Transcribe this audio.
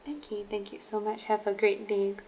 okay thank you so much have a great day